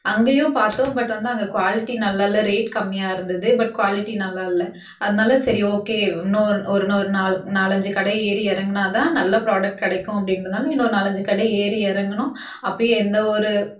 அங்கேயும் பார்த்தோம் பட் வந்து அங்கே குவாலிட்டி நல்லா இல்லை ரேட் கம்மியாக இருந்தது பட் குவாலிட்டி நல்லா இல்லை அதனால சரி ஓகே இன்னோ ஒரு ஒரு நால்லஞ்சு கடை ஏறி இறங்குனாதான் நல்ல ப்ராடக்ட் கிடைக்கும் அப்படிங்குறத்துனால இன்னும் நால்லஞ்சு கடை ஏறி இறங்கினோம் அப்போயே எந்த ஒரு